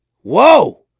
whoa